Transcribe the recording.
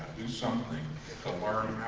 do something to learn